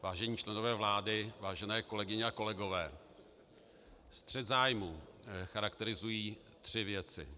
Vážení členové vlády, vážené kolegyně a kolegové, střet zájmů charakterizují tři věci.